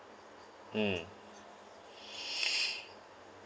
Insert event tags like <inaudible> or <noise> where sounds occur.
mm <noise>